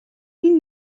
این